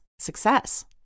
success